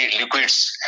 liquids